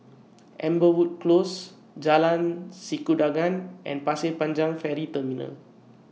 Amberwood Close Jalan Sikudangan and Pasir Panjang Ferry Terminal